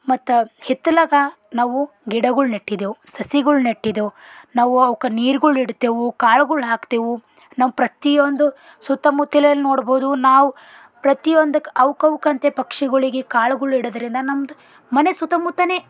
ಮತ್ತು ಹಿತ್ತಲಾಗ ನಾವು ಗಿಡಗಳು ನೆಟ್ಟಿದೇವೆ ಸಸಿಗಳು ನೆಟ್ಟಿದೇವೆ ನಾವು ಅವ್ಕೆ ನೀರುಗಳಿಡ್ತೆವು ಕಾಳ್ಗಳು ಹಾಕ್ತೇವೆ ನಾವು ಪ್ರತಿಯೊಂದು ಸುತ್ತಮುತ್ತಲಲ್ಲಿ ನೋಡ್ಬೋದು ನಾವು ಪ್ರತಿಯೊಂದಕ್ಕೆ ಅವ್ಕವ್ಕಂತೆ ಪಕ್ಷಿಗಳಿಗೆ ಕಾಳ್ಗಳು ಇಡೋದರಿಂದ ನಮ್ದು ಮನೆ ಸುತ್ತಮುತ್ತಲೇ